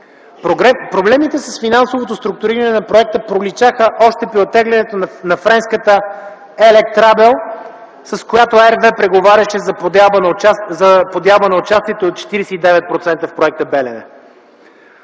Проблемите с финансовото структуриране на проекта проличаха още при оттеглянето на френската „Електрабел”, с която RWE преговаряше за подялба на участието от 49% в проекта „Белене”.